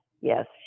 Yes